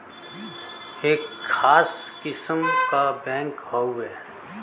एक खास किस्म क बैंक हउवे